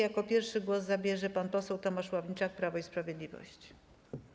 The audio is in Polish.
Jako pierwszy głos zabierze pan poseł Tomasz Ławniczak, Prawo i Sprawiedliwość.